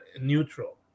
neutral